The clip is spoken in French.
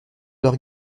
leurs